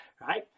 Right